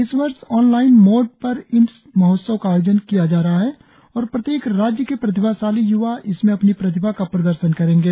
इस वर्ष online mode पर इस महोत्सव का आयोजन किया जा रहा है और प्रत्येक राज्य के प्रतिभाशाली य्वा इसमें अपनी प्रतिभा का प्रदर्शन करेंगे